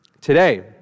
today